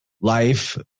life